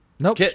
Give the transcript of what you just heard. Nope